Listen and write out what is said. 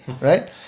right